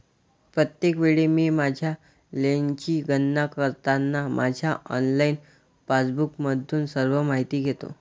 प्रत्येक वेळी मी माझ्या लेनची गणना करताना माझ्या ऑनलाइन पासबुकमधून सर्व माहिती घेतो